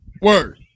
word